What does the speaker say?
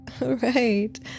right